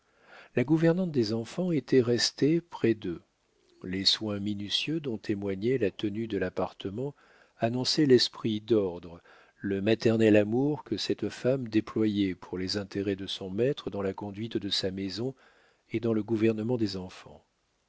la gouvernante des enfants était restée près d'eux les soins minutieux dont témoignait la tenue de l'appartement annonçaient l'esprit d'ordre le maternel amour que cette femme déployait pour les intérêts de son maître dans la conduite de sa maison et dans le gouvernement des enfants